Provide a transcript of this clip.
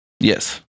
Yes